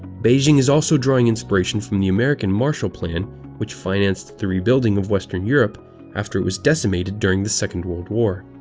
beijing is also drawing inspiration from the american marshall plan which financed the rebuilding of western europe after it was decimated during the second world war.